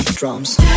drums